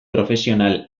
profesional